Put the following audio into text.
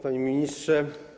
Panie Ministrze!